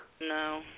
No